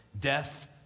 death